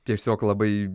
tiesiog labai